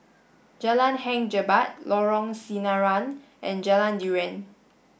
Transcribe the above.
Jalan Hang Jebat Lorong Sinaran and Jalan durian